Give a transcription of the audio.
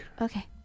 okay